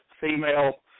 female